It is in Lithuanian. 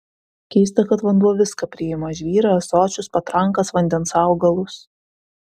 keista kad vanduo viską priima žvyrą ąsočius patrankas vandens augalus